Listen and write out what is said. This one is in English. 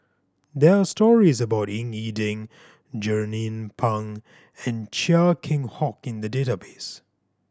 there are stories about Ying E Ding Jernnine Pang and Chia Keng Hock in the database